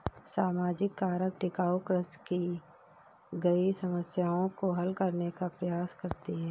सामाजिक कारक टिकाऊ कृषि कई समस्याओं को हल करने का प्रयास करती है